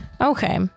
Okay